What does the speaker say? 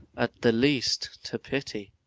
at the least, to pity.